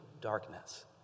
darkness